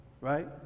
right